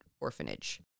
Orphanage